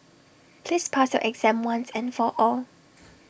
please pass your exam once and for all